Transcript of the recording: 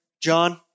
John